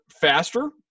faster